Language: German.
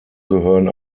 gehören